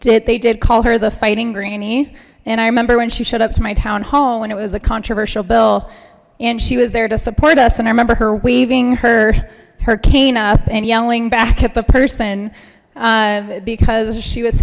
did they did call her the fighting granny and i remember when she showed up to my townhome and it was a controversial bill and she was there to support us and i remember her waving her her cane up and yelling back at the person because she was